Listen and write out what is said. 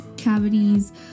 cavities